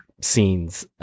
scenes